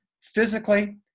physically